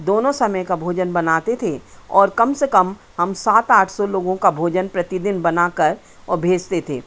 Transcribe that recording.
दोनों समय का भोजन बनाते थे और कम से कम हम सात आठ सौ लोगों का भोजन प्रतिदिन बनाकर और भेजते थे